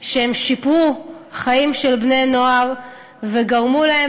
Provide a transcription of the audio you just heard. שהם שיפרו חיים של בני-נוער וגרמו להם